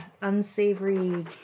unsavory